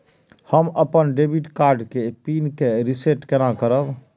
हम अपन debit card के पिन के रीसेट केना करब?